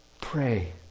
Pray